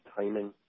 timing